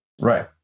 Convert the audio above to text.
Right